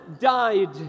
died